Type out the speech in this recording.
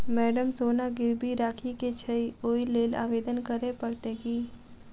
Madam सोना गिरबी राखि केँ छैय ओई लेल आवेदन करै परतै की?